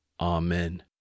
Amen